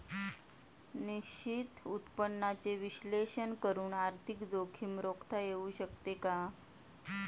निश्चित उत्पन्नाचे विश्लेषण करून आर्थिक जोखीम रोखता येऊ शकते का?